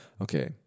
okay